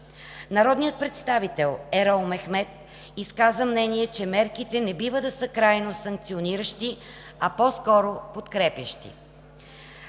Народният представител Ерол Мехмед изказа мнение, че мерките не бива да са крайно санкциониращи, а по-скоро подкрепящи.